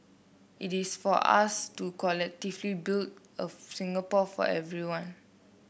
it is for us to collectively build a Singapore for everyone